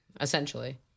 essentially